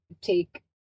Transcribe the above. take